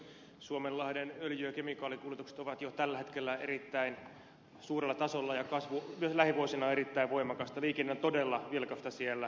suomenlahden öljy ja kemikaalikuljetukset ovat jo tällä hetkellä erittäin suurella tasolla ja kasvu myös lähivuosina on erittäin voimakasta liikenne on todella vilkasta siellä